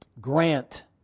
Grant